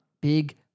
Big